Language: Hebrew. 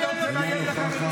נו, אז תוריד מדברים אחרים.